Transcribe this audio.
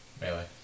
melee